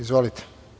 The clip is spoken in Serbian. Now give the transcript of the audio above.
Izvolite.